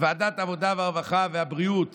את ועדת העבודה, הרווחה והבריאות